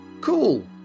Cool